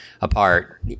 apart